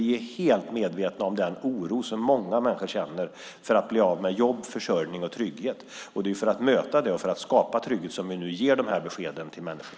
Vi är helt medvetna om den oro som många människor känner för att bli av med jobb, försörjning och trygghet. Det är för att möta det och för att skapa trygghet som vi ger dessa besked till människor.